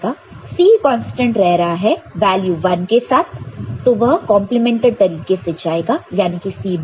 और C constant रह रहा है वैल्यू 1 के साथ तो वह कंप्लीमेंटेड तरीके से जाएगा याने की C बार